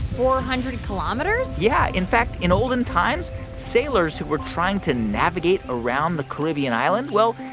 four hundred kilometers yeah. in fact, in olden times, sailors who were trying to navigate around the caribbean island, well,